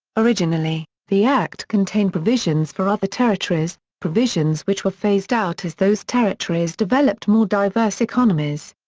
originally, the act contained provisions for other territories, provisions which were phased out as those territories developed more diverse economies.